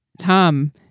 Tom